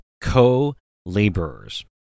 Co-Laborers